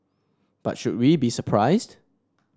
but should we be surprised